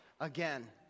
again